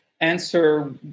answer